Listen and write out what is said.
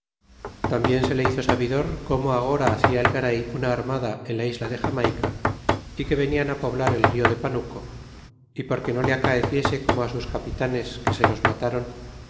tambien se le hizo sabidor como agora hacia el garay una armada en la isla de jamayca y que venian poblar el rio de panuco y porque no le acaeciese como sus capitanes que se los matron